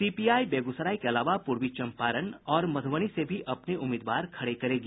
CPI Begusarai के अलावा पूर्वी चंपारण और मधुबनी से भी अपने उम्मीदवार खड़े करेगी